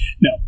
No